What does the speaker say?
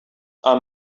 are